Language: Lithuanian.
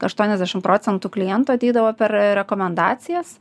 aštuoniasdešim procentų klientų ateidavo per rekomendacijas